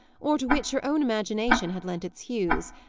or to which her own imagination had lent its hues,